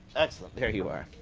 excellent. there you are.